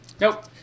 Nope